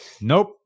Nope